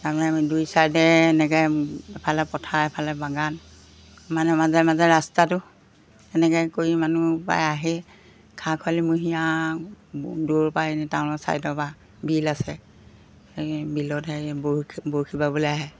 তাৰমানে আমি দুই চাইডে এনেকৈ এফালে পথাৰ এফালে বাগান মানে মাজে মাজে ৰাস্তাটো এনেকৈ কৰি মানুহ প্ৰায় আহেই খা খৰালিমহীয়া দূৰৰপৰা এনেই টাউনৰ চাইডৰপৰা বিল আছে সেই বিলত সেই বৰশী বৰশী বাবলৈ আহে